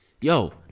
yo